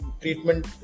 treatment